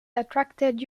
attracted